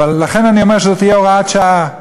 לכן אני אומר שזאת תהיה הוראת שעה: